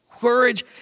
Courage